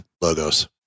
logos